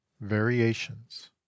Variations